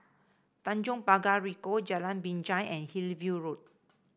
Tanjong Pagar Ricoh Jalan Binjai and Hillview Road